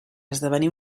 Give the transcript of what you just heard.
esdevenir